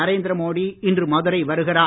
நரேந்திர மோடி இன்று மதுரை வருகிறார்